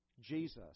Jesus